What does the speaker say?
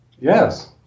Yes